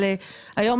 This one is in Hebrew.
היום,